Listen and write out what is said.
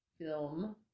film